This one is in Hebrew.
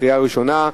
קריאה ראשונה.